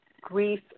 grief